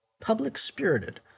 public-spirited